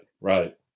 Right